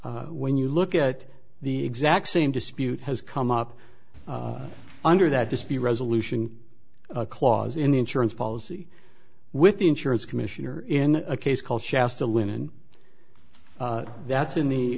the when you look at the exact same dispute has come up under that dispute resolution clause in the insurance policy with the insurance commissioner in a case called shasta linnen that's in the